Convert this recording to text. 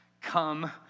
come